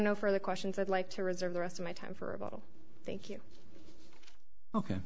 no further questions i'd like to reserve the rest of my time for a bottle thank you ok